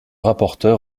rapporteur